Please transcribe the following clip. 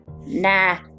Nah